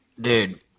dude